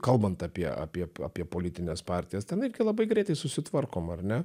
kalbant apie apie apie apie politines partijas ten irgi labai greitai susitvarkoma ar ne